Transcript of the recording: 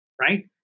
right